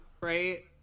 right